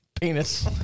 penis